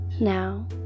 Now